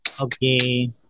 Okay